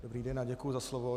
Dobrý den a děkuji za slovo.